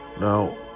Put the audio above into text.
now